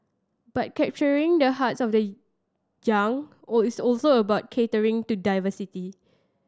but capturing the hearts of the young all is also about catering to diversity